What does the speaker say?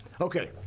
Okay